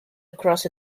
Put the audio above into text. across